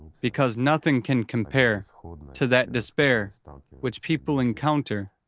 because nothing can compare to that despair which people encounter